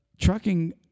trucking